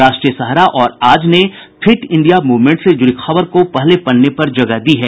राष्ट्रीय सहारा और आज ने फिट इंडिया मूवमेंट से जुड़ी खबर को पहले पन्ने पर जगह दी है